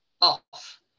off